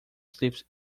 sleeps